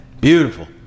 Beautiful